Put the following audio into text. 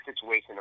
situation